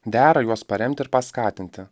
dera juos paremti ir paskatinti